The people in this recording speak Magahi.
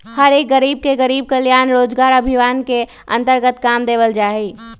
हर एक गरीब के गरीब कल्याण रोजगार अभियान के अन्तर्गत काम देवल जा हई